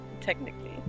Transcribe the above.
technically